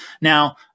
Now